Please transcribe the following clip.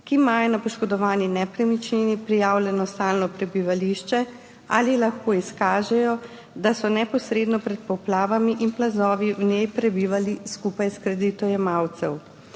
ki imajo na poškodovani nepremičnini prijavljeno stalno prebivališče, ali lahko izkažejo, da so neposredno pred poplavami in plazovi v njej prebivali skupaj s kreditojemalcem.